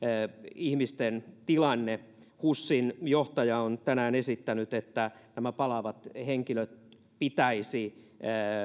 ihmisten tilanne husin johtaja on tänään esittänyt että nämä palaavat henkilöt pitäisi